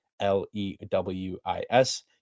L-E-W-I-S